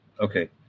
Okay